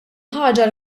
ħaġa